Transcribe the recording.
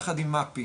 יחד עם מאפי,